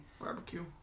Barbecue